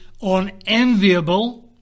unenviable